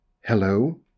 Hello